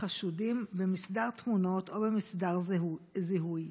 החשודים במסדר תמונות או במסדר זיהוי?